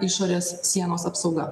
išorės sienos apsauga